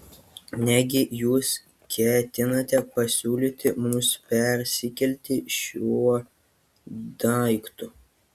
negi jūs ketinate pasiūlyti mums persikelti šiuo daiktu